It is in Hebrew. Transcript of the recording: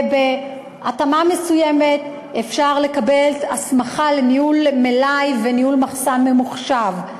ובהתאמה מסוימת אפשר לקבל הסמכה לניהול מלאי וניהול מחסן ממוחשב,